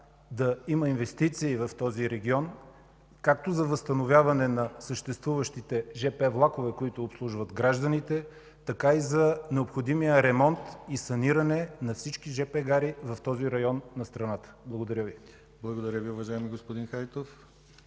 да има инвестиции в този регион както за възстановяване на съществуващите жп влакове, които обслужват гражданите, така и за необходимия ремонт и саниране на всички жп гари в този район на страната. Благодаря Ви. ПРЕДСЕДАТЕЛ ДИМИТЪР ГЛАВЧЕВ: Благодаря Ви, уважаеми господин Хайтов.